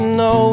no